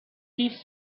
his